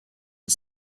mit